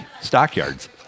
stockyards